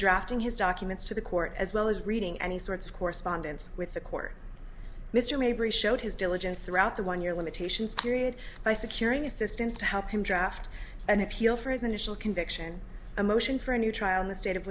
drafting his documents to the court as well as reading any sorts of correspondence with the court mr mayberry showed his diligence throughout the one year limitations period by securing assistance to help him draft an appeal for his initial conviction a motion for a new trial in the state of